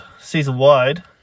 season-wide